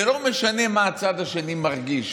זה לא משנה מה הצד השני מרגיש,